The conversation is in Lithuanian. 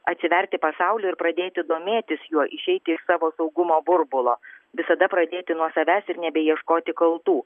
atsiverti pasauliui ir pradėti domėtis juo išeiti iš savo saugumo burbulo visada pradėti nuo savęs ir nebeieškoti kaltų